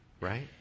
Right